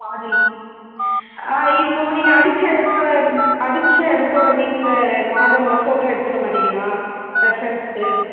model ஆ இப்போது நீங்கள் அடித்த இடத்த ம் அடித்த இடத்தோட வீட்டில் மாடலெல்லாம் போட்டோ எடுத்துக்க மாட்டிங்களா ரெஃபெரென்ஸுக்கு